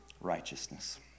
righteousness